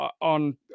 on